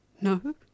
No